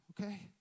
Okay